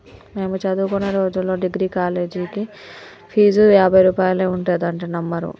మేము చదువుకునే రోజుల్లో డిగ్రీకి కాలేజీ ఫీజు యాభై రూపాయలే ఉండేదంటే నమ్మరు